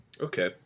Okay